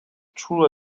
through